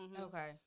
Okay